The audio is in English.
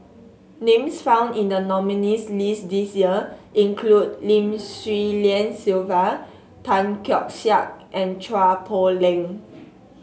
names found in the nominees' list this year include Lim Swee Lian Sylvia Tan Keong Saik and Chua Poh Leng